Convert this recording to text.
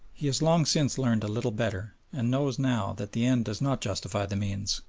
he has long since learned a little better, and knows now that the end does not justify the means,